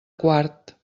quart